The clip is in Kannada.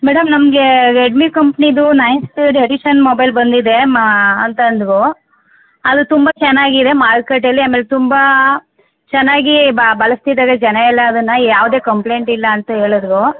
ಮೇಡಮ್ ನಮ್ಗೆ ರೆಡ್ಮಿ ಕಂಪ್ನಿದು ನೈನ್ ಸ್ಪೀಡ್ ಎಡಿಶನ್ ಮೊಬೈಲ್ ಬಂದಿದೆ ಮಾ ಅಂತ ಅಂದ್ರು ಅದು ತುಂಬ ಚೆನ್ನಾಗಿದೆ ಮಾರ್ಕೆಟಲ್ಲಿ ಆಮೇಲೆ ತುಂಬ ಚೆನ್ನಾಗಿ ಬಳಸ್ತಿದ್ದಾರೆ ಜನಯೆಲ್ಲ ಅದನ್ನು ಯಾವುದೇ ಕಂಪ್ಲೇಂಟ್ ಇಲ್ಲ ಅಂತ ಹೇಳಿದ್ರು